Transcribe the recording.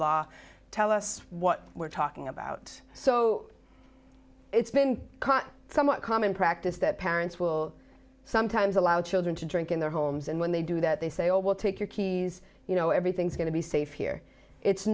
law tell us what we're talking about so it's been caught somewhat common practice that parents will sometimes allow children to drink in their homes and when they do that they say oh well take your keys you know everything's going to be safe here it's